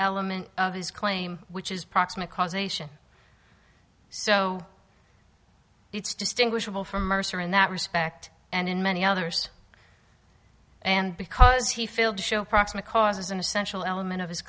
element of his claim which is proximate cause nation so it's distinguishable from mercer in that respect and in many others and because he failed to show proximate cause is an essential element of